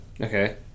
Okay